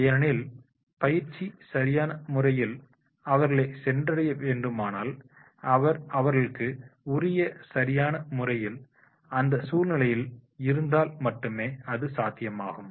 ஏனெனில் பயிற்சி சரியான முறையில் அவர்களை சென்றடைய வேண்டுமானால் அவர் அவர்களுக்கு உரிய சரியான முறையில் அந்த சூழ்நிலையில் இருந்தால் மட்டுமே அது சாத்தியமாகும்